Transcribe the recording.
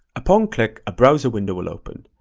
upon click, a browser window will open.